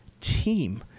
team